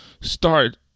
Start